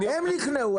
הם נכנעו,